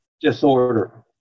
disorder